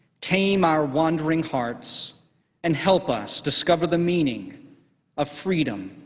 tame our wandering hearts and help us discover the meaning of freedom,